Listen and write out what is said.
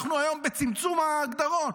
אנחנו היום בצמצום ההגדרות.